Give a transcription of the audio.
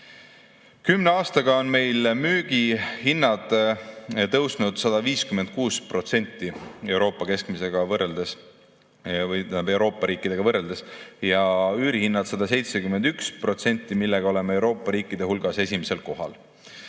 Kümne aastaga on meil müügihinnad tõusnud 156% Euroopa riikidega võrreldes, ja üürihinnad 171%, millega oleme Euroopa riikide hulgas esimesel kohal.